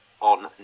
on